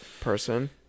person